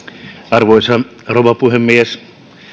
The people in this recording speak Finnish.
arvoisa rouva puhemies